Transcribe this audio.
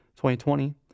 2020